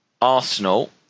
Arsenal